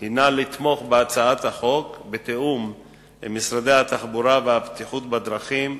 הינה לתמוך בהצעת החוק בתיאום עם משרד התחבורה והבטיחות בדרכים,